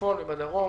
בצפון ובדרום,